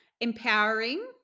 Empowering